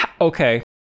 Okay